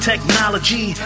Technology